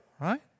right